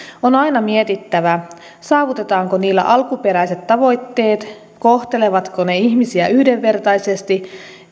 on aina mietittävä saavutetaanko niillä alkuperäiset tavoitteet kohtelevatko ne ihmisiä yhdenvertaisesti